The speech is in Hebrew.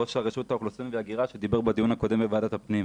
ראש רשות האוכלוסין וההגירה שדיבר בדיון הקודם בוועדת הפנים.